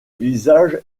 visage